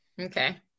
Okay